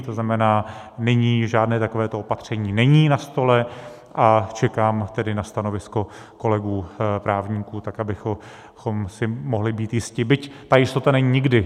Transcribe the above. To znamená, žádné takovéto opatření není na stole, a čekám tedy na stanovisko kolegů právníků tak, abychom si mohli být jisti, byť ta jistota není nikdy.